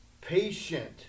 Patient